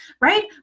right